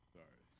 Sorry